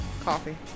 Coffee